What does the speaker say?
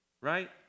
right